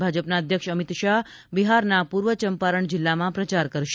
ભાજપના અધ્યક્ષ અમીત શાહ બિહારના પૂર્વ ચંપારણ જિલ્લામાં પ્રચાર કરશે